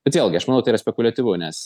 bet vėlgi aš manau tai yra spekuliatyvu nes